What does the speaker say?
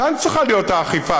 כאן צריכה להיות האכיפה.